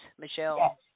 Michelle